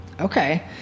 Okay